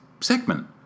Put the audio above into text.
segment